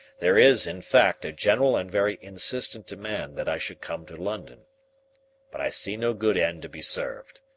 there is, in fact, a general and very insistent demand that i should come to london but i see no good end to be served.